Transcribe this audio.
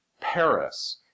Paris